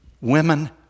Women